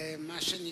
מה שנקרא,